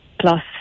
plus